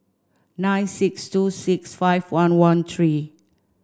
nine six two six five one one three